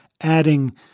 adding